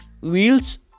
wheels